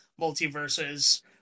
Multiverses